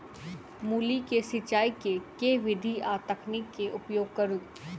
मूली केँ सिचाई केँ के विधि आ तकनीक केँ उपयोग करू?